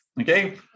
Okay